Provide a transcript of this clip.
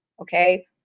okay